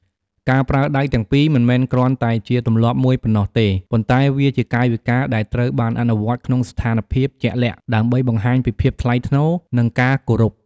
ការប្រើដៃទាំងពីរ មិនមែនគ្រាន់តែជាទម្លាប់មួយប៉ុណ្ណោះទេ ប៉ុន្តែវាជាកាយវិការដែលត្រូវបានអនុវត្តក្នុងស្ថានភាពជាក់លាក់ ដើម្បីបង្ហាញពីភាពថ្លៃថ្នូរ និងការគោរព។